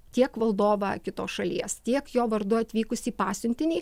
tiek valdovą kitos šalies tiek jo vardu atvykusį pasiuntinį